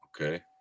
okay